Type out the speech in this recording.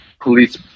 police